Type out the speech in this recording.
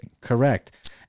Correct